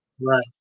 Right